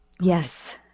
yes